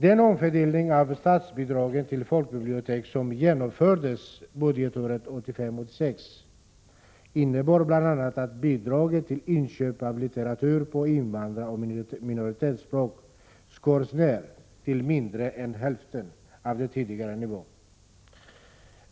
Den omfördelning av statsbidragen till folkbiblioteken som genomfördes budgetåret 1985/86 innebar bl.a. att bidraget till inköp av litteratur på invandraroch minoritetsspråk skars ned till mindre än hälften av den tidigare nivån.